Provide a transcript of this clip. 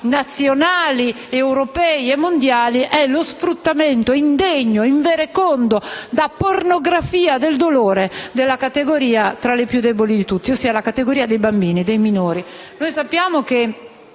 nazionali, europei e mondiali, è lo sfruttamento indegno e inverecondo, da pornografia del dolore, della categoria più debole di tutte, quella dei bambini, dei minori.